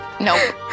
Nope